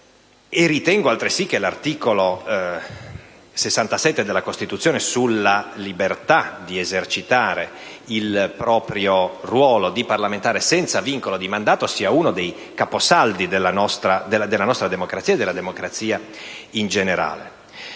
Ritengo altresì che l'articolo 67 della Costituzione sulla libertà di esercitare il proprio ruolo di parlamentare senza vincolo di mandato sia uno dei capisaldi della nostra democrazia e della democrazia in generale.